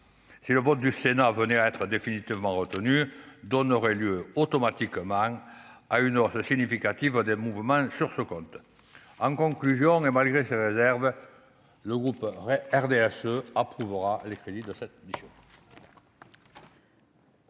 si le vote du Sénat venait à être définitivement retenu donnerait lieu automatiquement à une hausse significative des mouvements sur ce compte, en conclusion, et malgré ces réserves, le groupe RDSE approuvera les crédits de cette nuit.